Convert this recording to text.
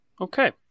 Okay